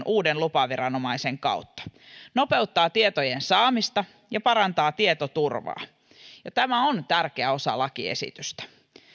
uuden lupaviranomaisen kautta nopeuttaa tietojen saamista ja parantaa tietoturvaa ja tämä on tärkeä osa lakiesitystä